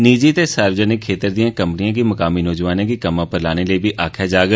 निजी ते सार्वजनिक खेत्तर दियें कंपनियें गी मकामी नौजोाने गी कम्मै उप्पर लाने लेई आक्खेया जाग